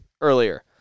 earlier